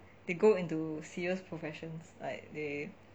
they go into serious professions like they